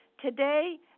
today